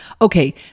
Okay